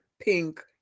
pink